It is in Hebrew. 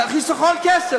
חיסכון בכסף.